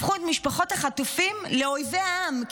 הפכו את משפחות החטופים לאויבי העם.